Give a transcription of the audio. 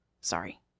Sorry